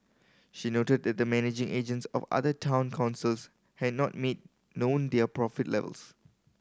she noted that the managing agents of other town councils had not made known their profit levels